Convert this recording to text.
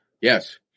Yes